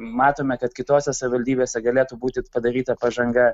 matome kad kitose savivaldybėse galėtų būti padaryta pažanga